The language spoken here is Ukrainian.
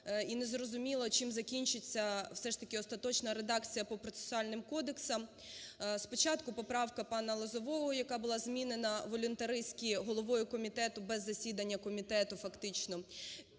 і не зрозуміло, чим закінчиться все ж таки остаточна редакція по процесуальним кодексам. Спочатку поправка пана Лозового, яка була змінена волюнтариськи головою комітету без засідання комітету фактично,